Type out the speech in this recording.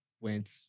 went